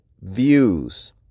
views